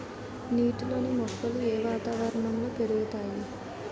నీటిలోని మొక్కలు ఏ వాతావరణంలో పెరుగుతాయి?